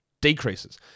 decreases